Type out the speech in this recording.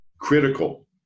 critical